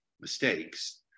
mistakes